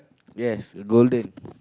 yes golden